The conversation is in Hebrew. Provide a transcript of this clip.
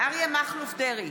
אריה מכלוף דרעי,